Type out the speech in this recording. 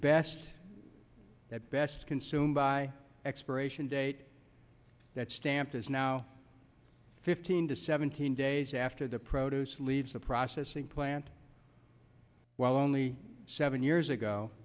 best that best consume by expiration date that damped is now fifteen to seventeen days after the produce leaves the processing plant while only seven years ago